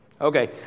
Okay